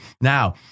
Now